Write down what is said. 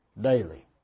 daily